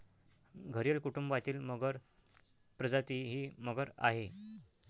घरियल कुटुंबातील मगर प्रजाती ही मगर आहे